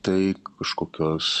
tai kažkokios